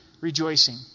rejoicing